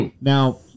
Now